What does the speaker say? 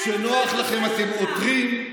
כשנוח לכם אתם עותרים,